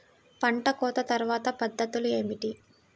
పంట కోత తర్వాత పద్ధతులు ఏమిటి?